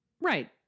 right